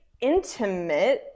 intimate